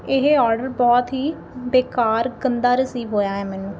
ਇਹ ਔਡਰ ਬਹੁਤ ਹੀ ਬੇਕਾਰ ਗੰਦਾ ਰਿਸੀਵ ਹੋਇਆ ਹੈ ਮੈਨੂੰ